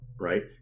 right